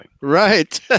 Right